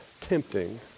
tempting